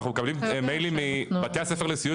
אנחנו מקבלים מיילים מבתי הספר לסיעוד,